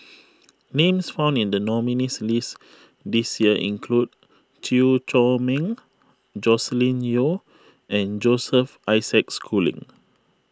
names found in the nominees' list this year include Chew Chor Meng Joscelin Yeo and Joseph Isaac Schooling